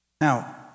Now